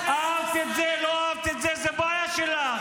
אהבת את זה, לא אהבת את זה, זו בעיה שלך.